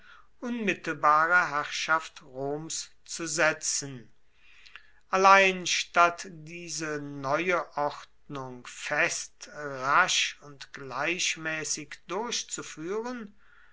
unmittelbare herrschaft roms zu setzen allein statt diese neue ordnung fest rasch und gleichmäßig durchzuführen